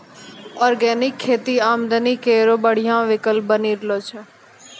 organic खेती आमदनी केरो बढ़िया विकल्प बनी रहलो छै